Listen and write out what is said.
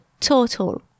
total